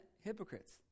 hypocrites